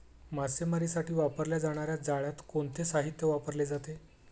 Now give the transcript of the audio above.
मासेमारीसाठी वापरल्या जाणार्या जाळ्यात कोणते साहित्य वापरले जाते?